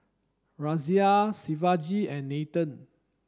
Razia Shivaji and Nathan